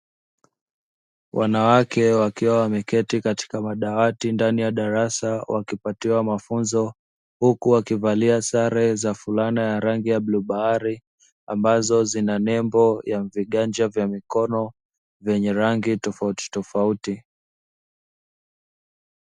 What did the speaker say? Wanawake wakiwa wameketi katika madawati ndani ya darasa, wakipatiwa mafunzo. Huku wakivalia sare za fulana ya rangi ya bluu bahari, ambazo zina nembo ya viganja vya mikono vyenye rangi tofautitofauti.